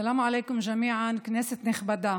סלאם עליכום ג'מיען, כנסת נכבדה,